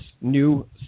new